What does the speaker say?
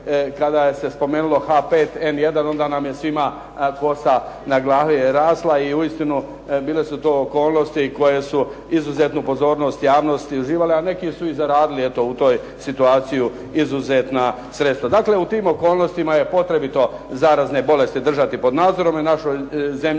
kada se spomenulo H5N1 onda nam je svima kosa na glavi rasla i uistinu bile su to okolnosti koje su izuzetnu pozornost javnosti uživale, a neki su zaradili eto u toj situaciji izuzetna sredstva. Dakle, u tim okolnostima je potrebito zarazne bolesti držati pod nadzorom i u našoj zemlji